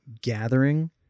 gathering